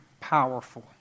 powerful